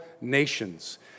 nations